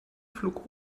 flug